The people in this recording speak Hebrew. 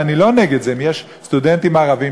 ואני לא נגד זה: אם יש סטודנטים ערבים,